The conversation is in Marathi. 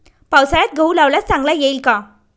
पावसाळ्यात गहू लावल्यास चांगला येईल का?